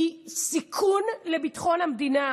היא סיכון לביטחון המדינה.